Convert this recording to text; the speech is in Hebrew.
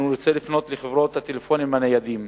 אני רוצה לפנות לחברות הטלפונים הניידים,